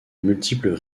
multiples